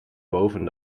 boven